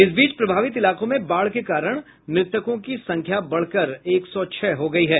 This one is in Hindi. इस बीच प्रभावित इलाकों में बाढ़ के कारण मृतकों की संख्या बढ़कर एक सौ छह हो गई है